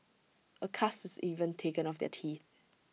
A cast is even taken of their teeth